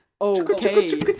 Okay